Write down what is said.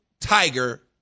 Tiger